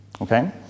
okay